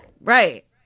Right